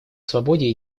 свободе